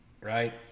Right